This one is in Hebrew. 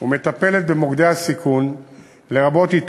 מוקדי הסיכון ומטפלת בהם,